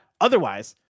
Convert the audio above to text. Otherwise